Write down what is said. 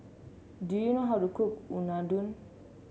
do you know how to cook Unadon